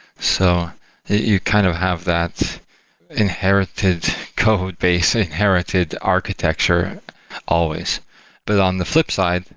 so you kind of have that inherited codebase, inherited architecture always but on the flip side,